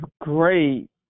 great